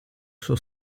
suo